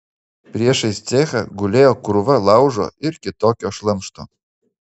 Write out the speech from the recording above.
priešais cechą gulėjo krūva laužo ir kitokio šlamšto